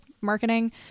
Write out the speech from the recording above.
marketing